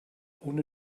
ohne